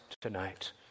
tonight